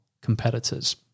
competitors